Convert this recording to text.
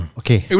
okay